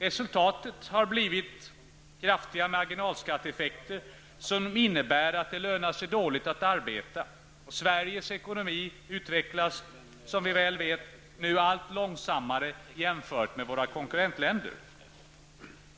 Resultatet har blivit kraftiga marginalskatteeffekter, som innebär att det lönar sig dåligt att arbeta. Sveriges ekonomi utvecklas nu allt långsammare jämfört med våra konkurrentländer.